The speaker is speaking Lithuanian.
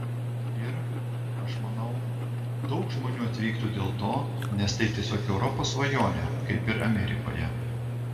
ir aš manau daug žmonių atvyktų dėl to nes tai tiesiog europos svajonė kaip ir amerikoje